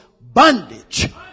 bondage